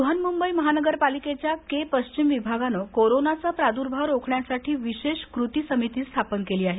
ब्रहन्मुंबई महानगरपालिकेच्या के पश्चिम विभागानं कोरोनाचा प्रादुर्भाव रोखण्यासाठी विशेष कृती समिती स्थापन केली आहे